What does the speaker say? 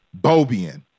Bobian